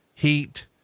heat